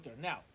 Now